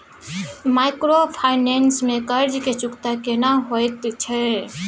Microfinance में कर्ज के चुकता केना होयत छै?